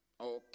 Okay